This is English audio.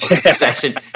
session